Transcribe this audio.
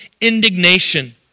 indignation